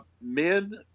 men